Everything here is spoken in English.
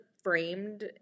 framed